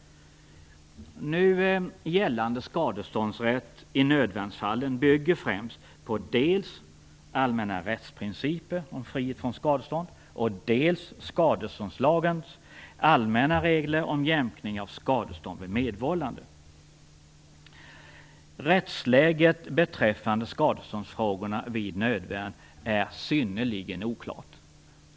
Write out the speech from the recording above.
Nu gällande skadeståndsrätt i nödvärnsfallen bygger främst på dels allmänna rättsprinciper om frihet från skadestånd, dels skadeståndslagens allmänna regler om jämkning av skadestånd vid medvållande. Rättsläget beträffande skadeståndsfrågorna vid nödvärn är synnerligen oklart.